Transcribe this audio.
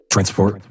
Transport